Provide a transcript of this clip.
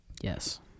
Yes